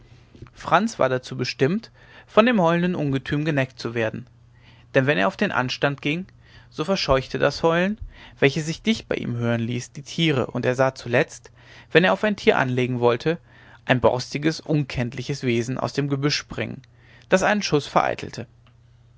franz war dazu bestimmt von dem heulenden ungetüm geneckt zu werden denn wenn er auf den anstand ging so verscheuchte das heulen welches sich dicht bei ihm hören ließ die tiere und er sah zuletzt wenn er auf ein tier anlegen wollte ein borstiges unkenntliches wesen aus dem gebüsch springen das seinen schuß vereitelte